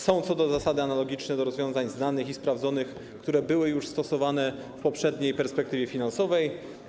Są one co do zasady analogiczne do rozwiązań znanych i sprawdzonych, które były już stosowane w poprzedniej perspektywie finansowej.